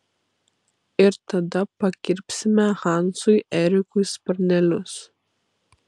ir tada pakirpsime hansui erikui sparnelius